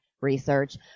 research